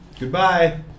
Goodbye